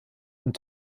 und